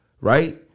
right